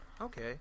Okay